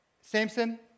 Samson